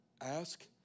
Ask